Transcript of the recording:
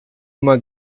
uma